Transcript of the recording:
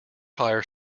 hire